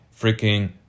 freaking